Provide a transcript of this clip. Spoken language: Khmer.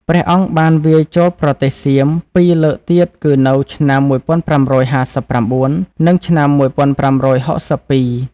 ព្រះអង្គបានវាយចូលប្រទេសសៀមពីរលើកទៀតគឺនៅឆ្នាំ ១៥៥៩ និងឆ្នាំ ១៥៦២។